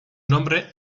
nombre